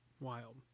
Wild